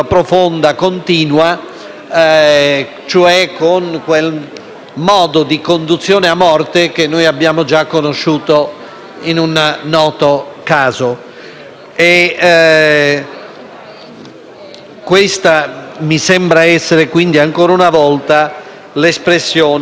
modo di conduzione a morte che abbiamo già conosciuto in un noto caso. Mi sembra che questa sia, ancora una volta, un'espressione che conferma